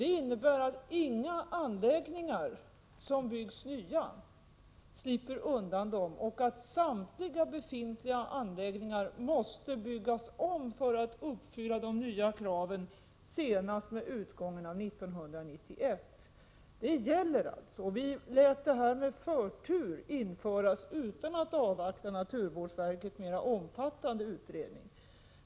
Det innebär att inga nybyggda anläggningar slipper undan dessa och att samtliga befintliga anläggningar måste byggas om för att uppfylla de nya kraven senast i och med utgången av år 1991. Det är alltså vad som gäller. Vi lät det här införas med förtur utan att avvakta naturvårdsverkets mera omfattande utredning.